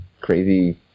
crazy